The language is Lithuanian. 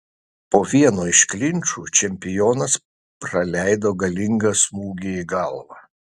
po vieno iš klinčų čempionas praleido galingą smūgį į galvą